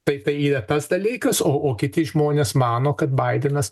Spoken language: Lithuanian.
tai tai yra tas dalykas o o kiti žmonės mano kad baidenas